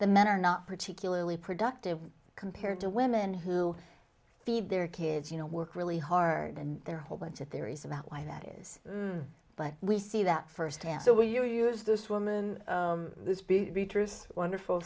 the men are not particularly productive compared to women who feed their kids you know work really hard and their whole bunch of theories about why that is but we see that firsthand so will you use this woman